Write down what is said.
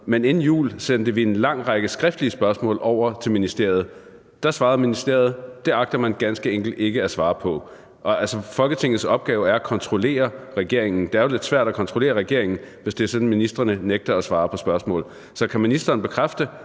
Men inden jul sendte vi en lang række skriftlige spørgsmål over til ministeriet, og der svarede ministeriet, at det agtede man ganske enkelt ikke at svare på. Og Folketingets opgave er at kontrollere regeringen, men det er jo lidt svært at kontrollere regeringen, hvis det er sådan, at ministrene nægter at svare på spørgsmål. Så kan ministeren bekræfte,